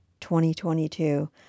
2022